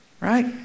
right